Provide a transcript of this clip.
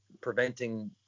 preventing